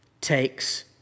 takes